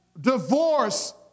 divorce